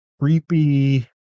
creepy